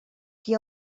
qui